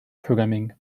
programming